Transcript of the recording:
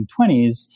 1920s